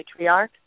matriarch